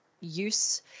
use